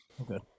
Okay